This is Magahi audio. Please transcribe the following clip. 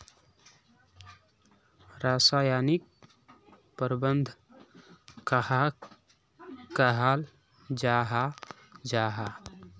रासायनिक प्रबंधन कहाक कहाल जाहा जाहा?